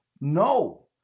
No